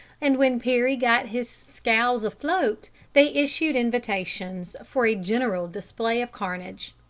and when perry got his scows afloat they issued invitations for a general display of carnage.